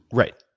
right.